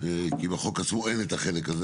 כי בחוק עצמו אין את החלק הזה.